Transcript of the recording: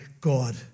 God